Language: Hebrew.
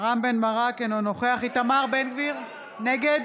בן ברק, אינו נוכח איתמר בן גביר, נגד